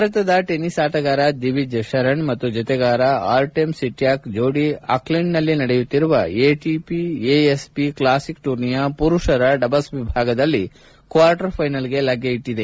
ಭಾರತದ ಟೆನಿಸ್ ಆಟಗಾರ ದಿವಿಜ್ ಶರಣ್ ಮತ್ತು ಜತೆಗಾರ ಅರ್ಣೆಮ್ ಸಿಟ್ಯಾಕ್ ಜೋಡಿ ಆಕ್ಷೆಂಡ್ನಲ್ಲಿ ನಡೆಯುತ್ತಿರುವ ಎಟಿಪಿ ಎಎಸ್ಬಿ ಕ್ಷಾಸಿಕ್ ಟೂರ್ನಿಯ ಪುರುಷರ ಡಬಲ್ಪ್ ವಿಭಾಗದಲ್ಲಿ ಕ್ವಾರ್ಟರ್ ಫೈನಲ್ಸ್ ಪ್ರವೇಶಿಸಿದೆ